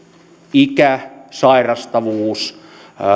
ikä sairastavuus